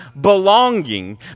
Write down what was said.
belonging